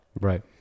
right